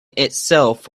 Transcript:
itself